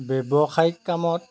ব্যৱসায়িক কামত